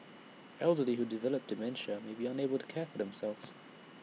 elderly who develop dementia may be unable to care for themselves